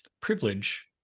privilege